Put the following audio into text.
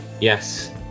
Yes